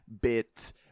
bit